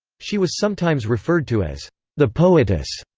she was sometimes referred to as the poetess,